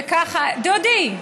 וככה, דודי,